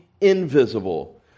invisible